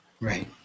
Right